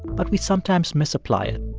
but we sometimes misapply it.